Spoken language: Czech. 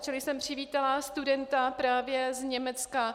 Čili jsem přivítala studenta právě z Německa.